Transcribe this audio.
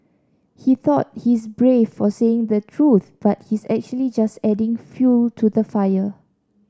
he thought he's brave for saying the truth but he's actually just adding fuel to the fire